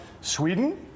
Sweden